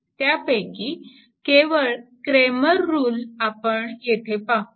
त्यापैकी केवळ Cramer rule आपण येथे पाहू